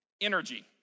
Energy